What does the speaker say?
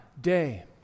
day